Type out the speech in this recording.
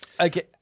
Okay